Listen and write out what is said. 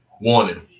Warning